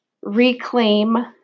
reclaim